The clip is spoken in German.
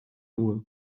uhr